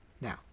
Now